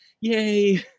yay